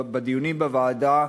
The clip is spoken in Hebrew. בדיונים בוועדה,